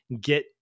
get